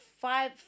five